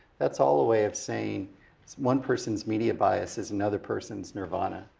that's all a way of saying it's one person's media bias is another person's nirvana.